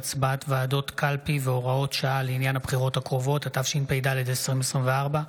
מאת חברת הכנסת אפרת רייטן מרום,